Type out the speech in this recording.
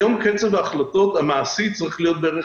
היום קצב ההחלטות המעשי צריך להיות בערך